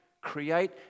Create